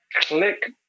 Click